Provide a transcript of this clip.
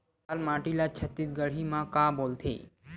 लाल माटी ला छत्तीसगढ़ी मा का बोलथे?